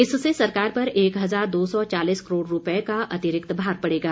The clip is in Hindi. इससे सरकार पर एक हजार दो सौ चालीस करोड़ रुपये का अतिरिक्त भार पड़ेगा